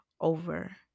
over